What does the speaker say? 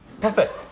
Perfect